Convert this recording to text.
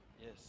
Yes